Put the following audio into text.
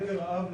הן לרעב,